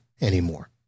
anymore